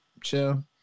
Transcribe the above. chill